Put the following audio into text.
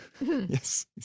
Yes